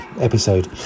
episode